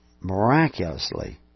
miraculously